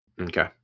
Okay